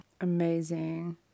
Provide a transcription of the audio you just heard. Amazing